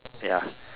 ya